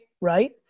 right